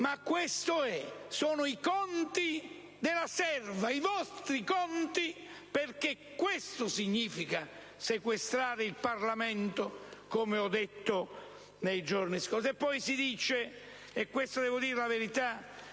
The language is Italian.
ma questo è. Sono i conti della serva, i vostri conti perché questo significa sequestrare il Parlamento, come ho detto nei giorni scorsi.